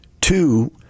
Two